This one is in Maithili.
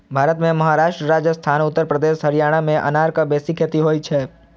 भारत मे महाराष्ट्र, राजस्थान, उत्तर प्रदेश, हरियाणा मे अनारक बेसी खेती होइ छै